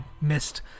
missed